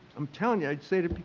i'm telling you, i'd say to